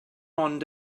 ond